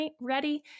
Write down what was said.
ready